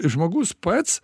žmogus pats